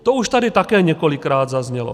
To už tady také několikrát zaznělo.